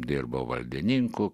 dirbau valdininku